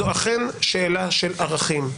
זו אכן שאלה של ערכים,